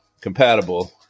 compatible